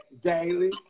daily